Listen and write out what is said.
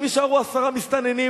אם יישארו עשרה מסתננים,